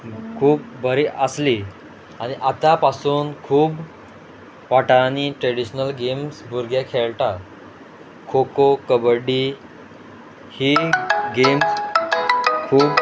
खूब बरी आसली आनी आतां पासून खूब वाठारांनी ट्रेडिशनल गेम्स भुरगे खेळटात खो खो कबड्डी ही गेम खूब